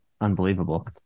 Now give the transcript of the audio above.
unbelievable